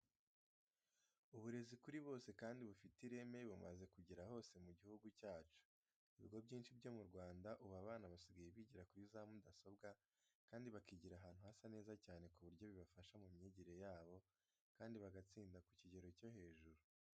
Uburezi kuri bose kandi bufite ireme bumaze kugera hose mu gihugu cyacu. Ibigo byinshi byo mu Rwanda ubu abana basigaye bigira kuri za mudasobwa kandi bakigira ahantu hasa neza cyane ku buryo bibafasha mu myigire yabo, kandi bagatsinda ku kigero cyo hejuru.